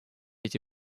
эти